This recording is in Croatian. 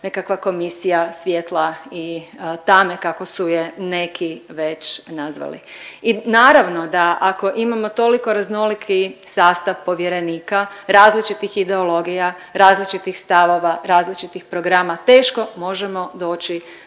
nekakva komisija svjetla i tame kako su je neki već nazvali. I naravno da ako imamo toliko raznoliki sastav povjerenika različitih ideologija, različitih stavova, različitih programa, teško možemo doći